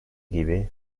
gibi